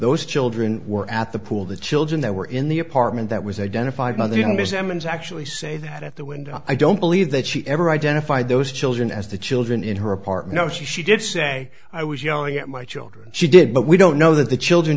those children were at the pool the children that were in the apartment that was identified by the ms emmons actually say that at the window i don't believe that she ever identified those children as the children in her apartment if she did say i was yelling at my children she did but we don't know that the children